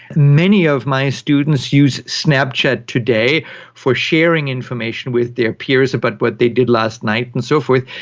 many of my students use snapchat today for sharing information with their peers about what they did last night and so forth,